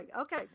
Okay